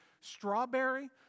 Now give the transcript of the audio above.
strawberry